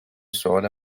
سوال